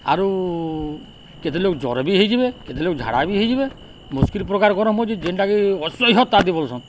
ଆରୁ କେତେ ଲୋକ୍ ଜ୍ୱର୍ ବି ହେଇଯିବେ କେତେ ଲୋକ୍ ଝାଡ଼ା ବି ହେଇଯିବେ ମୁସ୍କିଲ୍ ପ୍ରକାର୍ ଗରମ୍ ହଉଛେ ଯେନ୍ଟାକି ଅସହ୍ୟ ତାତି ବଲ୍ସନ୍